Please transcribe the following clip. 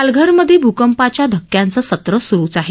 पालघरमध्ये भूकंपाच्या धक्क्यांचं सत्र सुरूच आहे